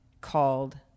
Called